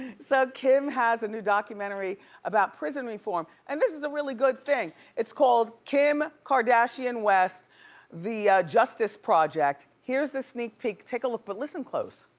so kim has a new documentary about prison reform and this is a really good thing. it's called kim kardashian west the justice project. here's a sneak peek, take a look, but listen close.